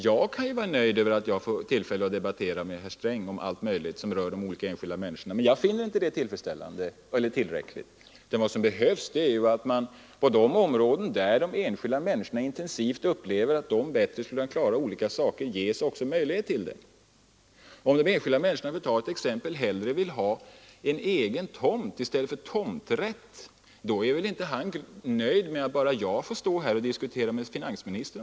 Jag kan ju vara nöjd med att jag får tillfälle att debattera med herr Sträng om allt möjligt som rör de enskilda människorna, men jag finner inte det tillräckligt. Vad som behövs är att enskilda människor på olika områden, som intensivt upplever att de skulle kunna klara vissa saker bättre utan statligt förmynderi, också ges möjligheter att göra det. Om en enskild människa — för att här ta ett exempel — vill ha en egen tomt i stället för tomträtt, så är han ju inte nöjd med att jag får stå här och diskutera om den saken med finansministern.